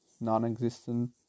non-existent